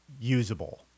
usable